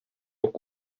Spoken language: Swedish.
och